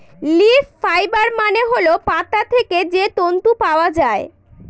leaf fibre মানে হল পাতা থেকে যে তন্তু পাওয়া যায়